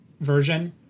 version